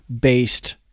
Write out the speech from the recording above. based